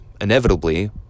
inevitably